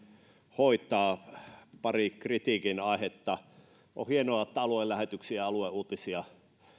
hoitaa pari kritiikin aihetta on hienoa että aluelähetyksiä ja alueuutisia